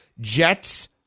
Jets